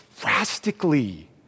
drastically